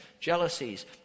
jealousies